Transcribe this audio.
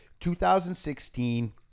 2016